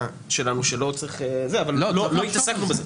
לא התעסקנו בזה.